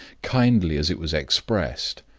kindly as it was expressed,